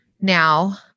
Now